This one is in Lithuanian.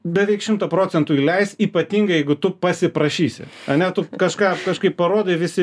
beveik šimtą procentų įleis ypatingai jeigu tu pasiprašysi ane tu kažką kažkaip parodai visi